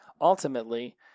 ultimately